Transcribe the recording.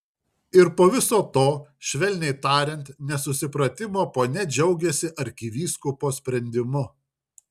ir po viso to švelniai tariant nesusipratimo ponia džiaugiasi arkivyskupo sprendimu